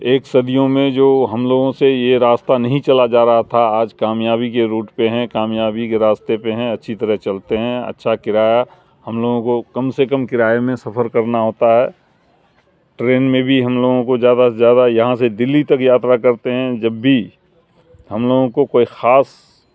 ایک صدیوں میں جو ہم لوگوں سے یہ راستہ نہیں چلا جا رہا تھا آج کامیابی کے روٹ پہ ہیں کامیابی کے راستے پہ ہیں اچھی طرح چلتے ہیں اچھا کرایہ ہم لوگوں کو کم سے کم کرائے میں سفر کرنا ہوتا ہے ٹرین میں بھی ہم لوگوں کو زیادہ سے زیادہ یہاں سے دلی تک یاترا کرتے ہیں جب بھی ہم لوگوں کو کوئی خاص